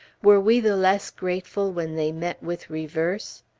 were we the less grateful when they met with reverse?